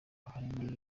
ahanini